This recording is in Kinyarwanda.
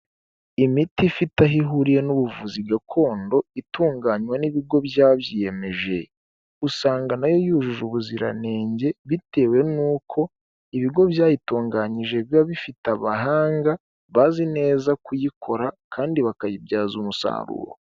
Imiti ifite aho ihuriye n'ubuvuzi gakondo itunganywa n'ibigo byabyiyemeje, usanga nayo yujuje ubuziranenge bitewe nuko ibigo byayitunganyije biba bifite abahanga bazi neza kuyikora kandi bakayibyaza umusaruro.